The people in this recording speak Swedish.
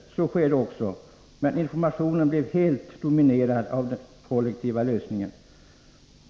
Så skedde också, men informationen blev helt dominerad av den kollektiva lösningen.